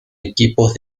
equipos